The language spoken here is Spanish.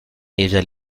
ella